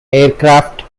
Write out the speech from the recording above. aircraft